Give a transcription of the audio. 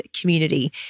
community